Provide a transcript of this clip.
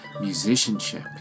musicianship